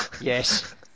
Yes